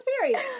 Period